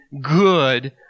good